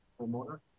homeowner